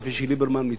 כפי שליברמן מתבטא,